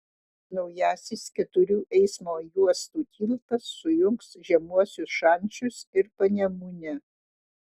naujasis keturių eismo juostų tiltas sujungs žemuosius šančius ir panemunę